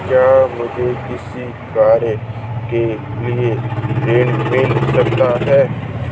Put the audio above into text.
क्या मुझे कृषि कार्य के लिए ऋण मिल सकता है?